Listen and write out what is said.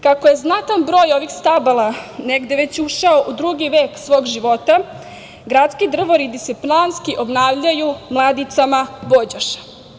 Kako je znatan broj ovih stabala negde već ušao u drugi vek svog života, gradski drvari bi se planski obnavljaju mladicama bođoša.